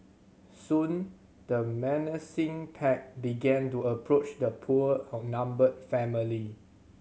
soon the menacing pack began to approach the poor outnumbered family